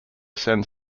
send